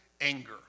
anger